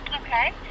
Okay